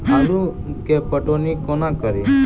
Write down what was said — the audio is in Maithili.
आलु केँ पटौनी कोना कड़ी?